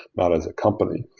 not as a company.